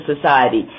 society